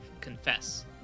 confess